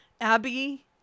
Abby